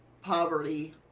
poverty